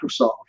Microsoft